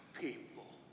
people